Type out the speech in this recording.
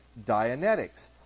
Dianetics